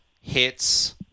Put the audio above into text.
hits